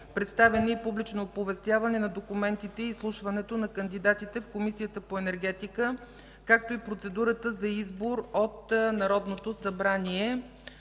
представяне и публично оповестяване на документите и изслушването на кандидатите в Комисията по енергетика, както и процедурата за избор от Народното събрание.